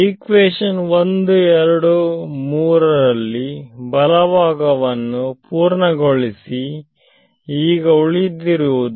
equation 12 3 ಬಲಭಾಗವನ್ನು ಪೂರ್ಣಗೊಳಿಸಿ ಈಗ ಉಳಿದಿರುವುದು